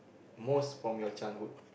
most from your childhood